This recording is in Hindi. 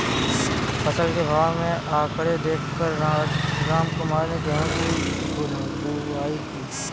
फसल के भाव के आंकड़े देख कर रामकुमार ने गेहूं की बुवाई की